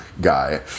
guy